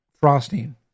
frosting